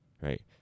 right